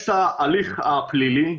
יש את ההליך הפלילי,